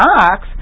ox